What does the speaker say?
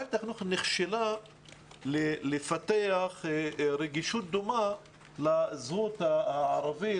מערכת החינוך נכשלה לפתח רגישות דומה לזהות הערבית,